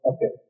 Okay